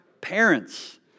parents